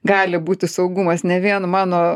gali būti saugumas ne vien mano